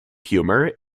humour